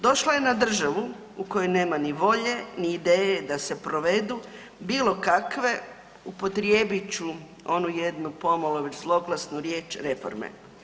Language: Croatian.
Došla je na državu u kojoj nema ni volje, ni ideje da se provedu bilo kakve upotrijebit ću onu jednu pomalo već zloglasnu riječ reforme.